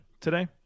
today